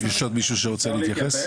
יש עוד מישהו שרוצה להתייחס?